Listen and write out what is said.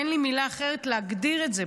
אין לי מילה אחרת להגדיר את זה,